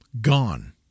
Gone